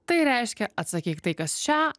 tai reiškia atsakyk tai kas šią